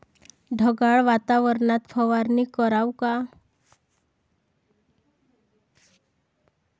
ढगाळ वातावरनात फवारनी कराव का?